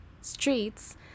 streets